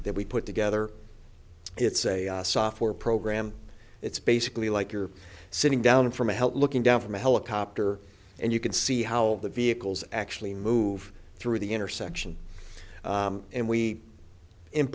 that we put together it's a software program it's basically like you're sitting down from a help looking down from a helicopter and you can see how the vehicles actually move through the intersection and we